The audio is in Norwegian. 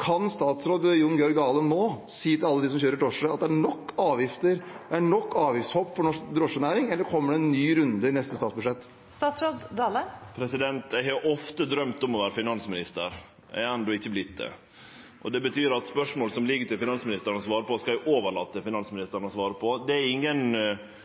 Kan statsråd Jon Georg Dale nå si til alle dem som kjører drosje, at det er nok avgifter, at det er nok avgiftshopp for norsk drosjenæring? Eller kommer det en ny runde i neste statsbudsjett? Eg har ofte drøymt om å vere finansminister. Eg har enno ikkje vorte det, og det betyr at spørsmål som ligg til finansministeren å svare på, skal eg overlate til finansministeren å svare på. Det er